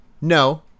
no